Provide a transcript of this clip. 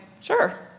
sure